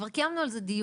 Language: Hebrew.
כבר קיימנו על זה דיון.